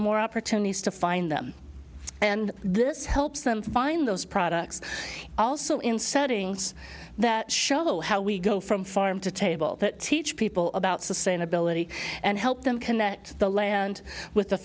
more opportunities to find them and this helps them find those products also in settings that show how we go from farm to table that teach people about sustainability and help them connect the land with the